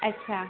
अच्छा